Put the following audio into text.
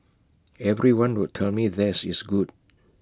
everyone would tell me theirs is good